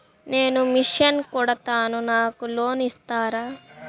నేను మిషన్ కుడతాను నాకు లోన్ ఇస్తారా?